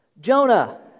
Jonah